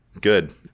Good